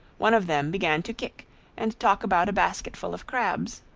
one of them began to kick and talk about a basket full of crabs.